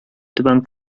түбән